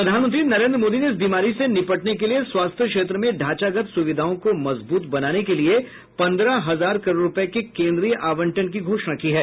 प्रधानमंत्री नरेन्द्र मोदी ने इस बीमारी से निपटने के लिए स्वास्थ्य क्षेत्र में ढांचागत सुविधाओं को मजबूत बनाने के लिए पंद्रह हजार करोड़ रुपये के केन्द्रीय आवंटन की घोषणा की है